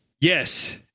Yes